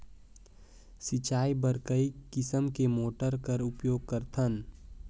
सिंचाई बर कई किसम के मोटर कर उपयोग करथन?